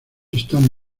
están